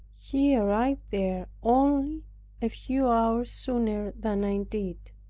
he arrived there only a few hours sooner than i did.